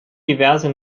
diverse